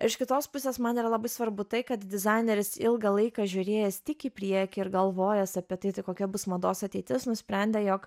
ir iš kitos pusės man yra labai svarbu tai kad dizaineris ilgą laiką žiūrėjęs tik į priekį ir galvojęs apie tai tai kokia bus mados ateitis nusprendė jog